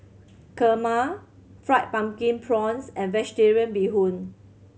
kurma Fried Pumpkin Prawns and Vegetarian Bee Hoon